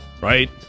Right